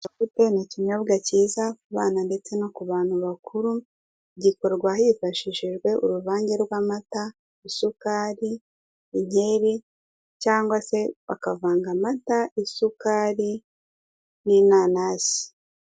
Yawurute ni ikinyobwa cyiza ku bana ndetse no ku bantu bakuru, gikorwa hifashishijwe uruvange rw'amata, isukari, inkeri cyangwa se bakavanga amata isukari n'inanasi.